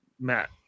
Matt